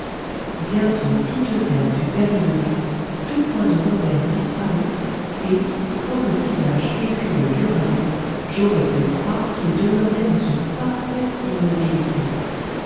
bientôt toute terre fut perdue de vue tout point de repère disparut et sans le sillage écumeux du radeau j'aurais pu croire qu'il demeurait dans une parfaite immobilité